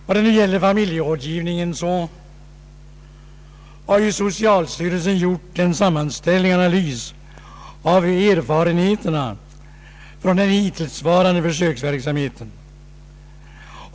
Vad nu gäller familjerådgivningen har socialstyrelsen gjort en sammanställning och analys av erfarenheterna av den hittillsvarande försöksverksamheten.